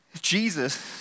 Jesus